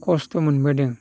खस्थ' मोनबोदों